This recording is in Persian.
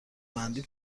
بندی